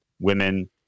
women